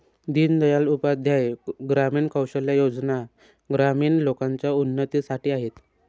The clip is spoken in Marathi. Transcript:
दीन दयाल उपाध्याय ग्रामीण कौशल्या योजना ग्रामीण लोकांच्या उन्नतीसाठी आहेत